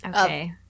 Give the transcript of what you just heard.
Okay